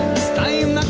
style.